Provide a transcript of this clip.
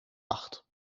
acht